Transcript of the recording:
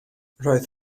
roedd